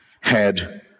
head